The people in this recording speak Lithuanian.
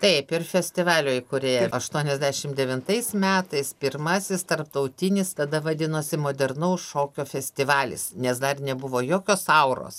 taip ir festivalio įkūrėja aštuoniasdešim devintais metais pirmasis tarptautinis tada vadinosi modernaus šokio festivalis nes dar nebuvo jokios auros